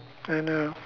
I know